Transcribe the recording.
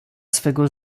swego